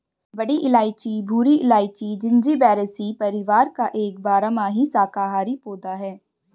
बड़ी इलायची भूरी इलायची, जिंजिबेरेसी परिवार का एक बारहमासी शाकाहारी पौधा है